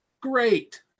Great